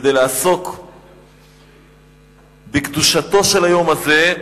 כדי לעסוק בקדושתו של היום הזה,